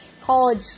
college